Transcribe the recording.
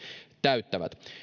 täyttävät